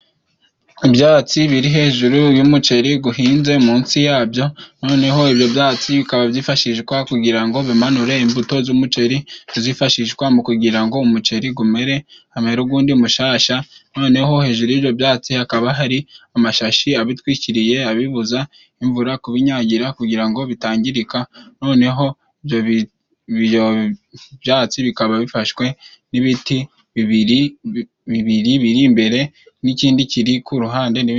Ibyatsi biri hejuru y'umuceri guhinze munsi yabyo, noneho ibyo byatsi bikaba byifashishwa kugira ngo bimanure imbuto z'umuceri zifashishwa mu kugira ngo umuceri gumere, hamere ugundi mushasha noneho hejuru y'ibyo byatsi hakaba hari amashashi abitwikiriye abibuza imvura kubinyagira kugira ngo bitangirika, noneho ibyo bi ibyo byatsi bikaba bifashwe n'ibiti bibiri bibiri biri imbere n'ikindi kiri ku ruhande ibindi.